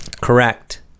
Correct